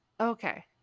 okay